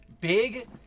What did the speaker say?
big